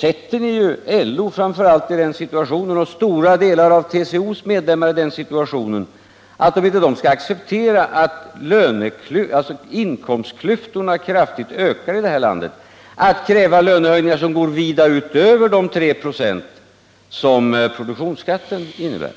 sätter ni framför allt LO:s men även stora delar av TCO:s medlemmar i den situationen att de, om de inte skall acceptera att inkomstklyftorna kraftigt vidgas i detta land, måste kräva lönehöjningar som går vida över de tre procent som produktionsskatten innebär.